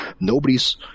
nobody's